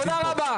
רגע, תודה רבה.